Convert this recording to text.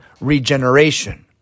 regeneration